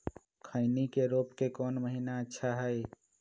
खैनी के रोप के कौन महीना अच्छा है?